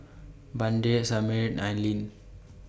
Vander Samir Aileen